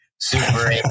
Super